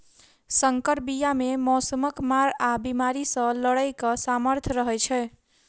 सँकर बीया मे मौसमक मार आ बेमारी सँ लड़ैक सामर्थ रहै छै